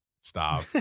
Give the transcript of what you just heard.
Stop